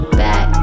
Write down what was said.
back